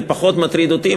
זה פחות מטריד אותי.